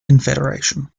confederation